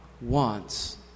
wants